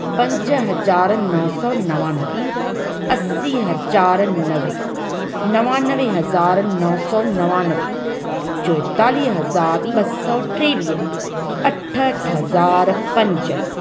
पंज हज़ार नव सौ नवानवे असी हज़ार नवे नवानवे हज़ार नौ सौ नवानवे चोएतालीह हज़ार ॿ सौ टेवीह अठहठि हज़ार पंज